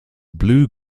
blue